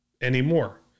anymore